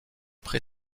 pré